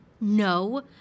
No